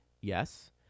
yes